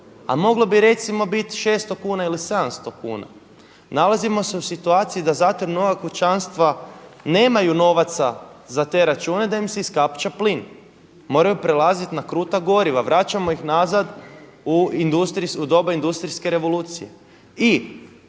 a moglo bi recimo biti 600 kuna ili 700 kuna. Nalazimo se u situaciju da za ta nova kućanstva nemaju novaca za te račune da im se iskapča plin, moraju prelaziti na kruta goriva, vraćamo ih nazad u doba industrijske revolucije.